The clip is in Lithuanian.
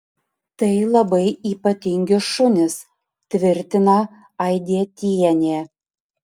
tai labai ypatingi šunys tvirtina aidietienė